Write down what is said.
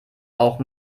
auch